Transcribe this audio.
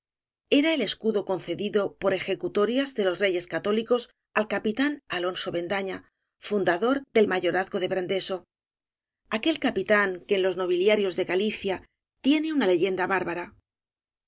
era el escudo concedido por ejecuto rias de los reyes católicos al capitán alon so bendaña fundador del mayorazgo de brandeso aquel capitán que en los nobi liarios de galicia tiene una leyenda bárbara